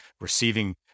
receiving